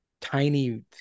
tiny